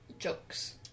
Jokes